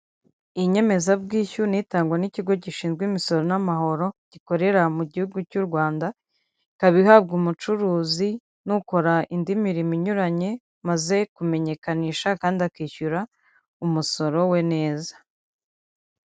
Inyemezabwishyu ni itangwa n'ikigo gishinzwe Imisoro n'Amahoro gikorera mu Gihugu cy'u Rwanda, ikaba ihabwa umucuruzi n'ukora indi mirimo inyuranye, umaze kumenyekanisha kandi akishyura umusoro we neza.